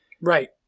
right